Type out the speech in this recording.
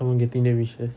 someone getting their wishes